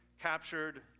captured